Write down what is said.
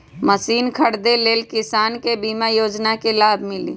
Machine खरीदे ले किसान के बीमा योजना के लाभ मिली?